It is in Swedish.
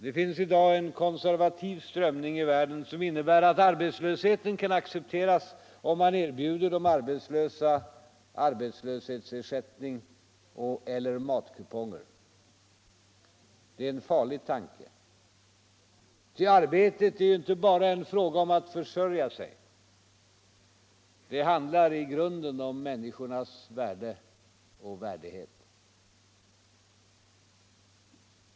Det finns i dag en konservativ strömning i världen, som innebär att arbetslösheten kan accepteras om man erbjuder de arbetslösa arbetslöshetsersättning eller matkuponger. Det är en farlig tanke, ty arbetet är ju inte bara en fråga om att försörja sig. Det handlar i grunden om människornas värde och värdighet.